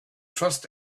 trust